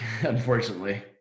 Unfortunately